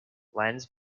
lens